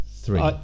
Three